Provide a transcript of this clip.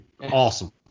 Awesome